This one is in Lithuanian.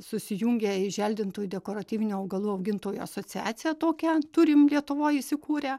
susijungę į želdintų dekoratyvinių augalų augintojų asociaciją tokią turim lietuvoj įsikūrę